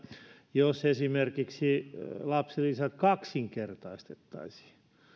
jos esimerkiksi lapsilisät kaksinkertaistettaisiin